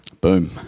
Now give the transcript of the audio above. Boom